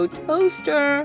toaster